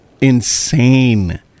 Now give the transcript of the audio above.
insane